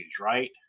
right